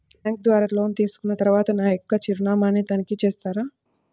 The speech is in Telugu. బ్యాంకు ద్వారా లోన్ తీసుకున్న తరువాత నా యొక్క చిరునామాని తనిఖీ చేస్తారా?